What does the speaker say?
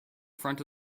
front